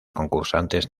concursantes